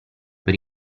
per